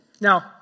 Now